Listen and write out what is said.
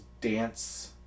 Dance